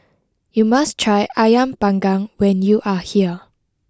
you must try Ayam Panggang when you are here